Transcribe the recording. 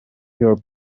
your